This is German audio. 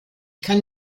kann